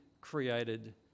created